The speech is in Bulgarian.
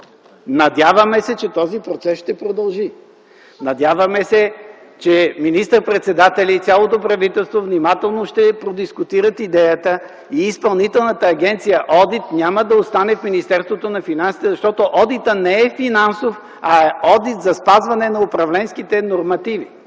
Надяваме се, че този процес ще продължи. Надяваме се, че министър-председателят и цялото правителство внимателно ще продискутират идеята и Изпълнителната агенция „Одит на средствата от Европейския съюз” няма да остане в Министерството на финансите, защото одитът не е финансов, а е одит за спазване на управленските нормативи,